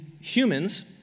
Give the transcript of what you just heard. humans